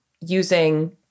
using